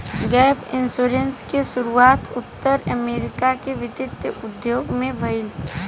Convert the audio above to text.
gap insurance के शुरुआत उत्तर अमेरिका के वित्तीय उद्योग में भईल